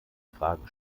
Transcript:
fragen